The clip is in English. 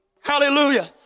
Hallelujah